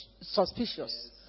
suspicious